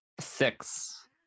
Six